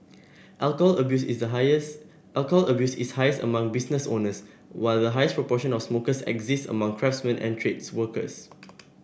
alcohol abuse is highest alcohol abuse is highest among business owners while the highest proportion of smokers exist among craftsmen and trades workers